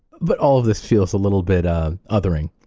but all of this feels a little bit um othering.